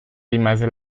rimase